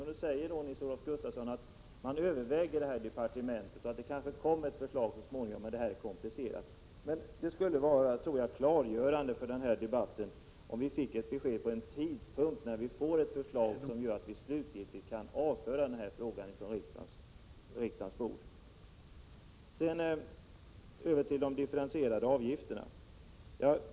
Då säger Nils-Olof Gustafsson att frågan övervägs i departementet och att det kanske kommer ett förslag så småningom men att frågan är komplicerad. Jag tror att det skulle vara klargörande för debatten om vi fick ett besked om en tidpunkt, när vi får ett förslag som gör att vi slutgiltigt kan avföra den här frågan från riksdagens bord. Sedan över till de differentierade avgifterna.